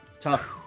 Tough